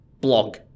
blog